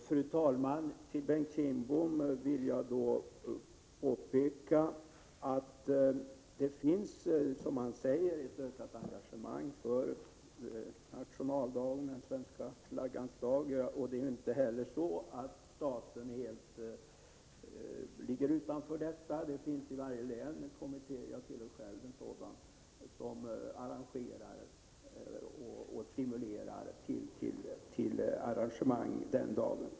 Fru talman! För Bengt Kindbom vill jag påpeka att det, som han säger, finns ett ökat engagemang för nationaldagen och Svenska flaggans dag. Det är inte heller så att staten helt ligger utanför detta. Det finns i varje län en kommitté — jag tillhör själv en sådan — som genomför arrangemang och stimulerar till arrangemang den dagen.